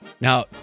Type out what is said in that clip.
Now